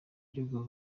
ikirego